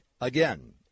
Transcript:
Again